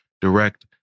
direct